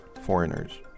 foreigners